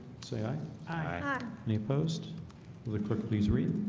say aye any post will the clerk please read?